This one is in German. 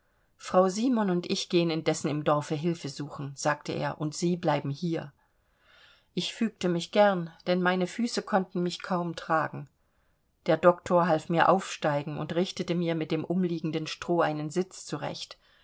frau simon und ich gehen indessen im dorfe hilfe suchen sagte er und sie bleiben hier ich fügte mich gern denn meine füße konnten mich kaum tragen der doktor half mir aufsteigen und richtete mir mit dem umliegenden stroh einen sitz zurecht